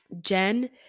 Jen